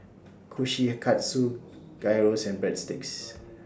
Kushikatsu Gyros and Breadsticks